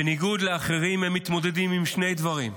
בניגוד לאחרים, הם מתמודדים עם שני דברים: